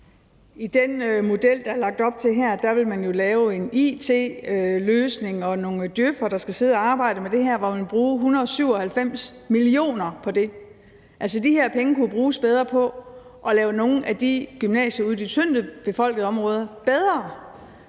I den model, der er lagt op til her, vil man jo lave en it-løsning, og nogle djøf'ere skal sidde og arbejde med det, og man vil bruge 197 mio. kr. på det. Altså, de her penge kunne jo bruges bedre på at lave nogle af de gymnasier ude i de tyndtbefolkede områder bedre.